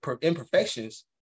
imperfections